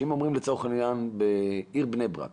אם אומרים לצורך העניין שבעיר בני ברק